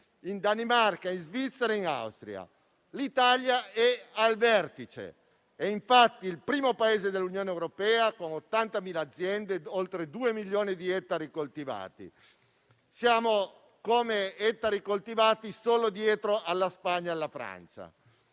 in Danimarca, in Svizzera e in Austria. L'Italia è al vertice; è infatti il primo Paese dell'Unione europea, con 80.000 aziende e oltre 2 milioni di ettari coltivati. Come ettari coltivati siamo dietro solo alla Spagna e alla Francia.